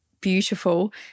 beautiful